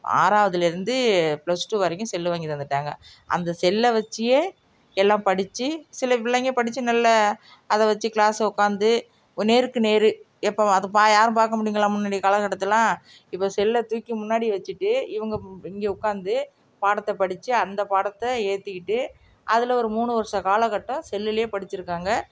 ஆறாவுதுலிருந்து plus two வரைக்கும் cell வாங்கி தந்துவிட்டாங்க அந்த செல்லை வெச்சுயே எல்லாம் படித்து சில பிள்ளைங்க படித்து நல்ல அதை வெச்சு கிளாஸ்ஸை உக்காந்து நேருக்கு நேர் எப்போதுவா அது பா யாரும் பார்க்க முடியுங்களா முன்னாடி காலகட்டத்தெலாம் இப்போ செல்லை தூக்கி முன்னாடி வெச்சுட்டு இவங்க இங்கே உக்காந்து பாடத்தை படித்து அந்த பாடத்தை ஏற்றிக்கிட்டு அதில் ஒரு மூணு வருஷம் காலக்கட்டம் செல்லிலே படிச்சுருக்காங்க